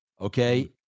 Okay